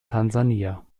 tansania